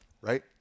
right